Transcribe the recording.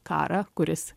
karą kuris